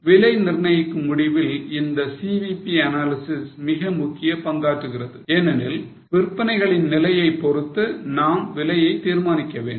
விலை நிர்ணயிக்கும் முடிவில் இந்த CVP analysis மிக முக்கிய பங்காற்றுகிறது ஏனெனில் விற்பனைகளின் நிலையைப் பொறுத்து நாம் விலையை தீர்மானிக்க வேண்டும்